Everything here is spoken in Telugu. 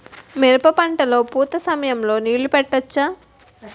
మిరప పంట లొ పూత సమయం లొ నీళ్ళు పెట్టవచ్చా?